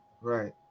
Right